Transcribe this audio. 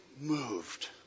moved